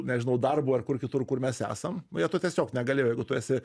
nežinau darbu ar kur kitur kur mes esam jie to tiesiog negalėjo jeigu tu esi